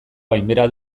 gainbehera